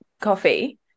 coffee